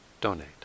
donate